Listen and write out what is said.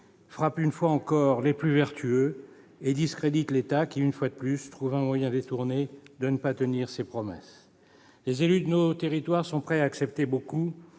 frappe une fois encore les plus vertueux et discrédite l'État, qui trouve un nouveau moyen détourné de ne pas tenir ses promesses. Très juste ! Les élus de nos territoires sont prêts à accepter beaucoup